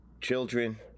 children